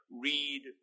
read